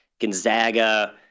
Gonzaga